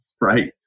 right